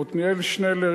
עתניאל שנלר,